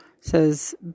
Says